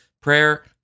prayer